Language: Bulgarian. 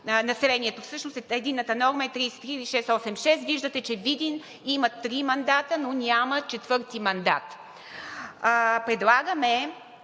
Населението всъщност, единната норма е 33 686. Виждате, че Видин има три мандата, но няма четвърти мандат. Предлагаме,